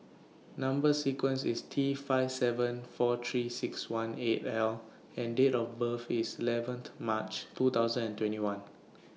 Number sequence IS T five seven four three six one eight L and Date of birth IS eleventh March two thousand and twenty one